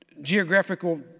geographical